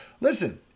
listen